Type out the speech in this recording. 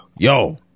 Yo